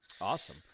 Awesome